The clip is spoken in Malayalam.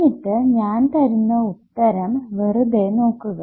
എന്നിട്ട് ഞാൻ തരുന്ന ഉത്തരം വെറുതെ നോക്കുക